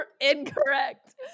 Incorrect